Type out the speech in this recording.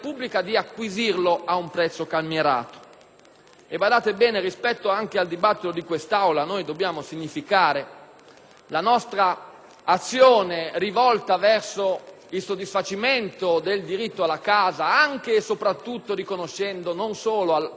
Badate bene, rispetto al dibattito in Aula, dobbiamo significare la nostra azione rivolta verso il soddisfacimento del diritto alla casa, anche e soprattutto riconoscendo non solo al quasi 80 per cento degli italiani, ma alla totalità delle